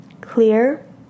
Clear